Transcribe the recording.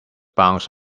bounce